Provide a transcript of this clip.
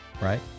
Right